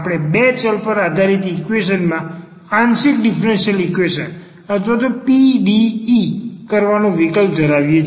આપણે બે ચલ પર આધારિત ઈક્વેશન માં આંશિક ડીફરન્સીયલ ઈક્વેશન અથવા પીડીઈ કરવાનો વિકલ્પ ધરાવીએ છે